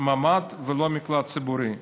ממ"ד ולא מקלט ציבורי.